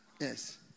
Yes